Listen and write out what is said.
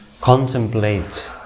contemplate